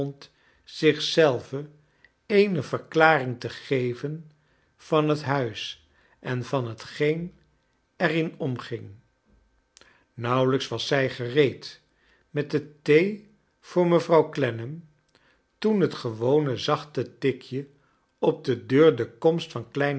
zich zelve eene verklaring te geven van het huis en van hetgeen er in omging nauwelijks was zij gereed met de thee voor mevrouw clennam toen het gewone zachte tikje op de deur de komst van kleine